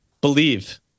Believe